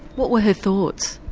what were her thoughts?